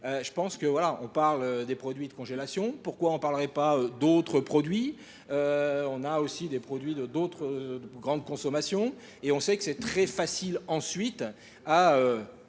je pense qu'on parle des produits de congélation. Pourquoi on ne parlerait pas d'autres produits ? On a aussi des produits d'autres grandes consommations et on sait que c'est très facile ensuite à...